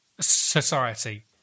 society